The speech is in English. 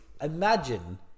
imagine